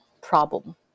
problem